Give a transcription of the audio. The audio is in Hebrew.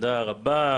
תודה רבה.